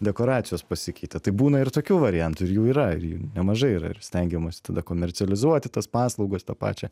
dekoracijos pasikeitė tai būna ir tokių variantų ir jų yra ir jų nemažai ir stengiamasi tada komercializuoti tas paslaugas tą pačią